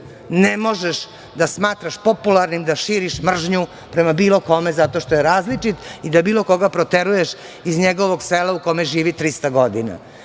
ne možeš da smatraš popularnim, da širiš mržnju prema bilo kome zato što je različit i da bilo koga proteruješ iz njegovog sela u kome živi 300 godina. To